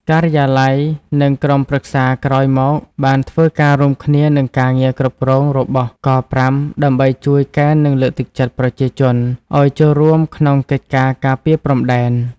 ការិយាល័យ និងក្រុមប្រឹក្សាក្រោយមកបានធ្វើការរួមគ្នានិងការងារគ្រប់គ្រងរបស់” ក៥”ដើម្បីជួយកេណ្ឌនិងលើកទឹកចិត្តប្រជាជនអោយចូលរួមក្នុងកិច្ចការការពារព្រំដែន។